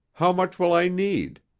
how much will i need?